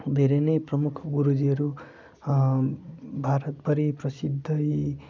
धेरै नै प्रमुख गुरुजीहरू भारतभरि प्रसिद्धै